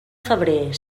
febrer